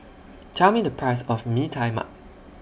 Tell Me The Price of Mee Tai Mak